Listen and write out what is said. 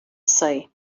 say